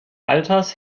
alters